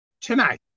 tonight